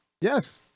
yes